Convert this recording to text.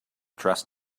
trust